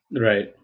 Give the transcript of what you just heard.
Right